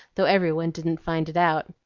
though every one didn't find it out.